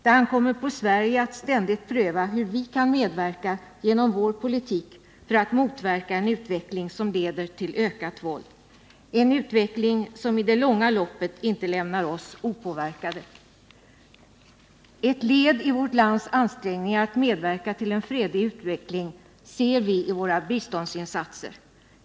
Det ankommer på Sverige att ständigt pröva hur vi kan medverka genom vår politik för att motverka en utveckling som leder till ökat våld, en utveckling som i det långa loppet inte lämnar oss opåverkade. Ett led i vårt lands ansträngningar att medverka till en fredlig utveckling ser vi i våra biståndsinsatser.